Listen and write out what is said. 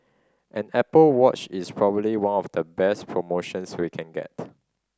an Apple Watch is probably one of the best promotions we can get